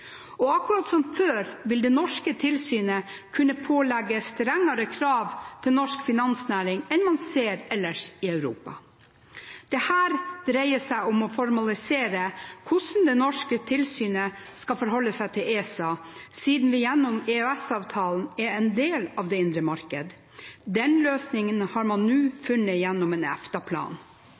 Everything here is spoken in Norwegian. og akkurat som før vil det norske tilsynet kunne pålegge strengere krav til norsk finansnæring enn man ser ellers i Europa. Dette dreier seg om å formalisere hvordan det norske tilsynet skal forholde seg til ESA, siden vi gjennom EØS-avtalen er en del av det indre marked. Den løsningen har man nå funnet gjennom en